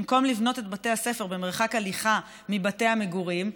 במקום לבנות את בתי הספר במרחק הליכה מבתי המגורים,